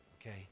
okay